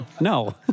No